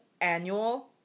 annual